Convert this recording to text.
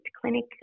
clinic